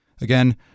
Again